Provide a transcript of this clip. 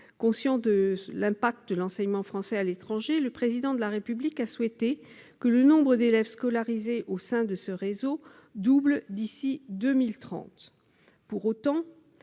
Conscient de l'impact de l'enseignement français à l'étranger, le Président de la République a souhaité que le nombre d'élèves scolarisés au sein du réseau double d'ici à 2030. Pour autant,